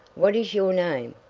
what is your name?